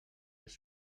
els